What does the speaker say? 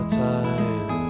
time